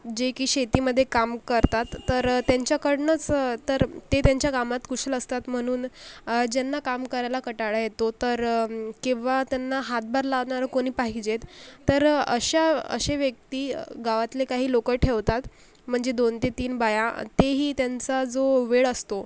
जे की शेतीमध्ये काम करतात तर त्यांच्याकडनंच तर ते त्यांच्या कामात कुशल असतात म्हणून ज्यांना काम करायला कंटाळा येतो तर किंवा त्यांना हातभार लावणारं कोणी पाहिजेत तर अशा अशी व्यक्ती गावातले काही लोकं ठेवतात म्हणजे दोन ते तीन बाया तेही त्यांचा जो वेळ असतो